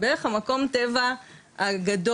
בערך המקום טבע הגדול,